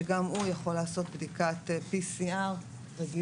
שגם הוא יכול לעשות בדיקת PCR רגילה,